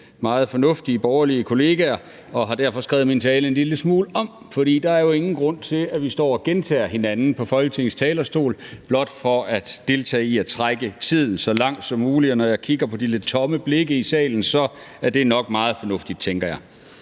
meget fornuftige borgerlige kolleger, og jeg har derfor skrevet min tale en lille smule om. For der jo ingen grund til, at vi står og gentager hinanden på Folketingets talerstol blot for at deltage i at trække tiden så langt som muligt – og når jeg kigger på de lidt tomme blikke i salen, er det nok meget fornuftigt, tænker jeg.